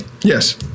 Yes